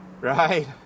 right